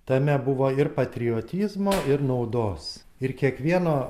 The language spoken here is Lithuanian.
tame buvo ir patriotizmo ir naudos ir kiekvieno